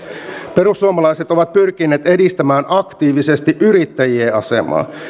perussuomalaiset ovat pyrkineet edistämään aktiivisesti yrittäjien asemaa